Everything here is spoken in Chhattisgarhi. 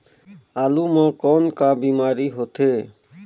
आलू म कौन का बीमारी होथे?